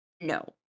No